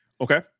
Okay